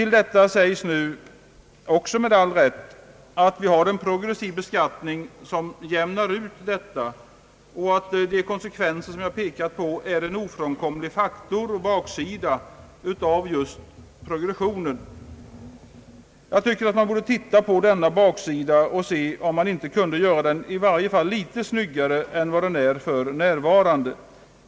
Om detta sägs — också med all rätt — att vi har en progressiv beskattning, som jämnar ut denna olikhet, och att de konsekvenser jag pekat på är en ofrånkomlig faktor och baksida av just progressionen. Jag anser att man borde titta på denna baksida och undersöka om man kunde göra den i varje fall litet snyggare än den är för närvarande.